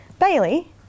Bailey